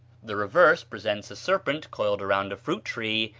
the reverse presents a serpent coiled around a fruit-tree,